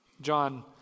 John